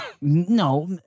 No